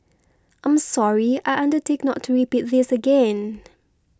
I'm sorry I undertake not to repeat this again